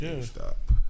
Stop